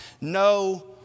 no